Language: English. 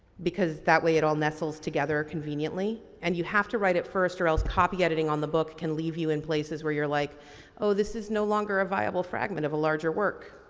because that way it all nestles together conveniently and you have to write it first or else copy editing on the book can leave in places where you're like oh this is no longer a viable fragment of a larger work.